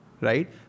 Right